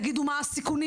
תגידו מה הסיכונים,